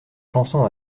chansons